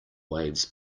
waves